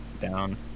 down